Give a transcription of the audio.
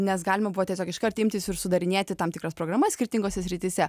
nes galima buvo tiesiog iškart imtis ir sudarinėti tam tikras programas skirtingose srityse